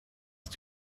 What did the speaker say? ist